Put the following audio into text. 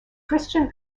christian